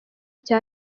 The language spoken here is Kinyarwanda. cya